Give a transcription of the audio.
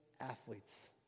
athletes